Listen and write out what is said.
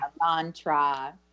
Mantra